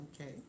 Okay